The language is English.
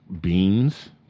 beans